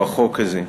או החוק הזה.